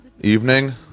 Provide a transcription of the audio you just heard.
evening